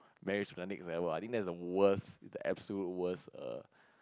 marriage to the next level I think that is the worst the absolute worst err